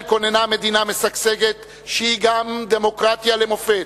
ישראל כוננה מדינה משגשגת שהיא גם דמוקרטיה למופת.